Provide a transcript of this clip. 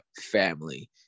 family